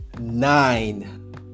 nine